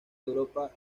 europa